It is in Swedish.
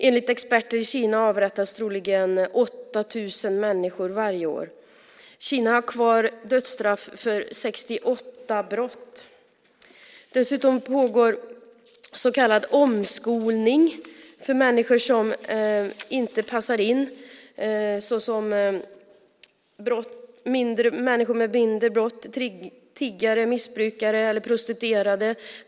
Enligt experter i Kina avrättas troligen 8 000 människor varje år. Kina har kvar dödsstraff för 68 brott. Dessutom pågår så kallad omskolning för människor som inte passar in, såsom människor som begått mindre brott, tiggare, missbrukare eller prostituerade.